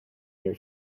near